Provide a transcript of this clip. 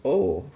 oh